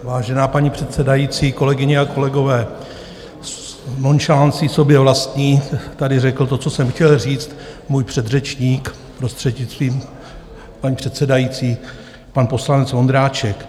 Vážená paní předsedající, kolegyně a kolegové, s nonšalancí sobě vlastní tady řekl to, co jsem chtěl říct, můj předřečník, prostřednictvím pan předsedající, pan poslanec Vondráček.